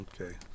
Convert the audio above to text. Okay